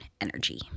energy